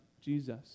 Jesus